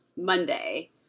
Monday